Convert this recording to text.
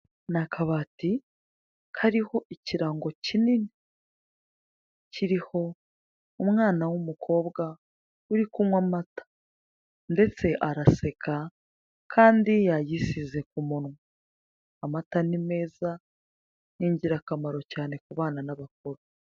Ni akabati kariho ikirango kinini, kiriho umwana w'umwana w'umukobwa uri kunywa amata. Ndetse araseka kandi yayisize ku munwa, amata ni meza ni ingirakamaro cyane ku bana n'abakuru.